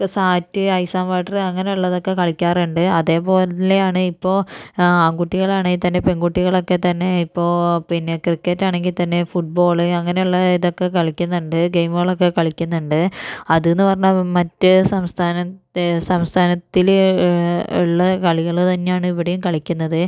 SAT ice and water അങ്ങനെയുള്ളതൊക്കെ കളിക്കാറുണ്ട് അതേപോലെത്തന്നെയാണ് ഇപ്പോൾ ആൺകുട്ടികളാണേൽത്ത ന്നെ പെൺകുട്ടികളൊക്കെത്ത ന്നെ ഇപ്പോൾ പിന്നെ ക്രിക്കറ്റ് ആണെങ്കിൽ തന്നെ ഫുട് ബോൾ അങ്ങനെയുള്ള ഇതൊക്കെ കളിക്കുന്നുണ്ട് ഗെയിമുകളൊക്കെ കളിക്കുന്നുണ്ട് അത് എന്നു പറഞ്ഞാൽ മറ്റേ സംസ്ഥാനത്തെ സംസ്ഥാനത്തിൽ ഉള്ള കളികൾ തന്നെയാണ് ഇവിടെയും കളിക്കുന്നത്